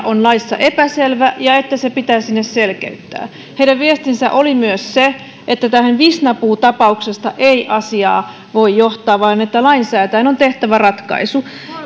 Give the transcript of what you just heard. on laissa epäselvä ja että se pitää sinne selkeyttää heidän viestinsä oli myös se että tästä visnapuu tapauksesta ei asiaa voi johtaa vaan että lainsäätäjän on tehtävä ratkaisu